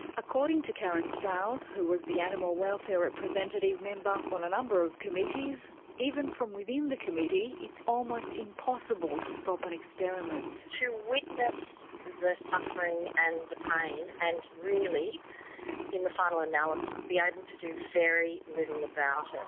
according to karen stiles, who was the animal welfare representative member on a number of committees, even from within the committee it's almost impossible to stop an experiment. to witness the the suffering and the pain and really in the final analysis be able to do very little about